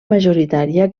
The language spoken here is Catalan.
majoritària